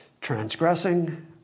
Transgressing